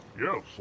Yes